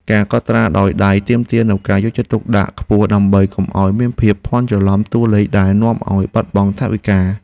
ការកត់ត្រាដោយដៃទាមទារនូវការយកចិត្តទុកដាក់ខ្ពស់ ដើម្បីកុំឱ្យមានការភាន់ច្រឡំតួលេខដែលនាំឱ្យបាត់បង់ថវិកា។